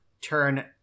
turn